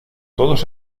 todos